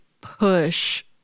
push